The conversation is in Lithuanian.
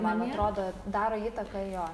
man atrodo daro įtaką jo